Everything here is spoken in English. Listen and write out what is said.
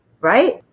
right